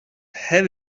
have